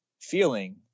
feeling